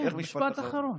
איך משפט אחרון?